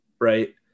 right